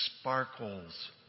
sparkles